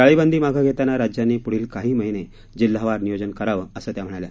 टाळेबंदी मागे घेताना राज्यांनी प्ढील काही महिने जिल्हावार नियोजन करावं असं त्या म्हणाल्या